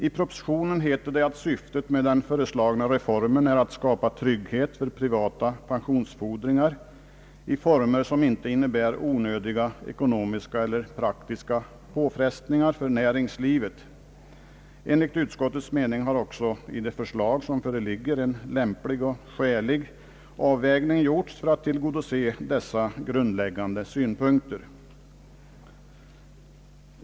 I propositionen heter det, att syftet med den föreslagna reformen är att skapa trygghet för privata pensionsfordringar i former som inte innebär onödiga ekonomiska eller praktiska påfrestningar för näringslivet. Enligt utskottets mening har också i det förslag som föreligger en lämplig och skälig avvägning gjorts för att tillgodose dessa grundläggande synpunkter.